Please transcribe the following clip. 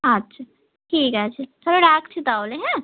আচ্ছা ঠিক আছে তাহলে রাখছি তাহলে হ্যাঁ